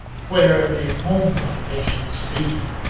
where may home of patience be